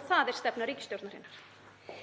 og það er stefna ríkisstjórnarinnar.